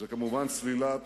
זה כמובן סלילת